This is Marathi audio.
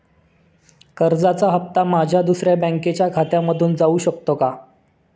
कर्जाचा हप्ता माझ्या दुसऱ्या बँकेच्या खात्यामधून जाऊ शकतो का?